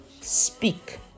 speak